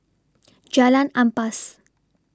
Jalan Ampas